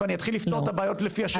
ואני אתחיל לפתור את הבעיות לפי השמות.